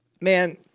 man